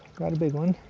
got a big one!